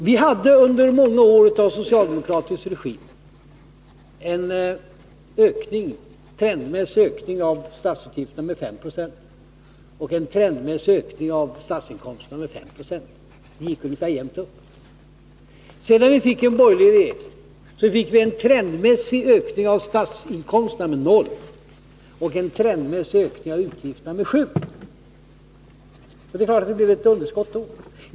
Vi hade under många år av socialdemokratisk regim en trendmässig ökning av statsutgifterna med 5 26 och en trendmässig ökning av statsinkomsterna med 5 96. — Det gick ungefär jämnt upp. Sedan vi fått en borgerlig regering fick vi en trendmässig ökning av statsinkomsterna med 0 96 och en trendmässig ökning av statsutgifterna med 7 70. Och det är klart att det blev ett underskott.